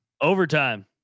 Overtime